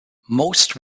most